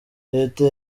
leta